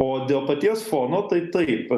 o dėl paties fono tai taip